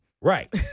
Right